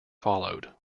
followed